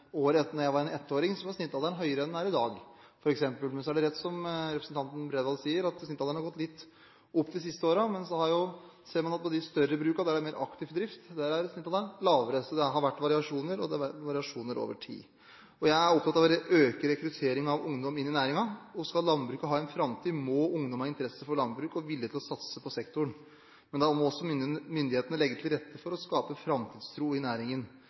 var ettåring, var snittalderen høyere enn den er i dag, f.eks. Men så er det rett, som representanten Bredvold sier, at snittalderen har gått litt opp de siste årene. Men så ser man at på de større brukene, der det er mer aktiv drift er snittalderen lavere, så det har vært variasjoner over tid. Jeg er opptatt av å øke rekrutteringen av ungdom inn i næringen. Skal landbruket ha en framtid, må ungdom ha interesse for landbruk og vilje til å satse på sektoren. Men da må også myndighetene legge til rette for å skape framtidstro i